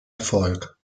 erfolg